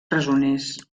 presoners